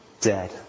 dead